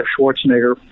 Schwarzenegger